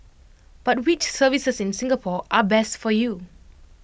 but which services in Singapore are best for you